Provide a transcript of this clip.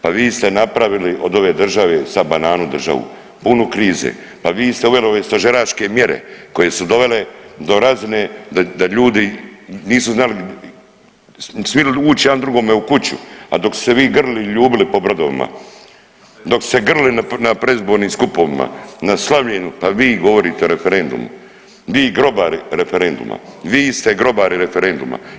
Pa vi ste napravili od ove države sad bananu državu, punu krize, pa vi ste uveli ove stožeraške mjere koje su doveli do razine da, da ljudi nisu znali, smili uć jedan drugome u kuću, a dok ste se vi grlili i ljubili po brodovima, dok ste se grlili na predizbornim skupovima, na slavljenju, pa vi govorite o referendumu, vi grobari referenduma, vi ste grobari referenduma.